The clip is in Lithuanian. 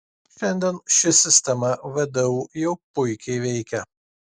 šiandien ši sistema vdu jau puikiai veikia